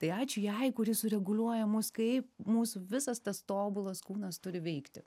tai ačiū jai kuri sureguliuoja mus kai mūsų visas tas tobulas kūnas turi veikti